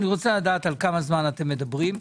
אני רוצה לדעת על כמה זמן אתם מדברים.